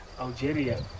Algeria